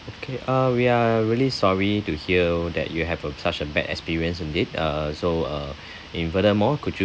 okay uh we are really sorry to hear that you have a such a bad experience indeed uh so uh in furthermore could you